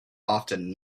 often